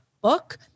book